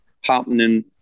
happening